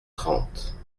trente